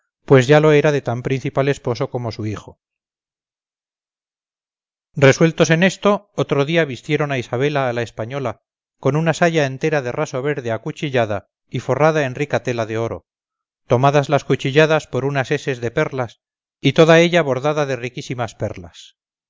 pues ya lo era de tan principal esposo como su hijo resueltos en esto otro día vistieron a isabela a la española con una saya entera de raso verde acuchillada y forrada en rica tela de oro tomadas las cuchilladas con unas eses de perlas y toda ella bordada de riquísimas perlas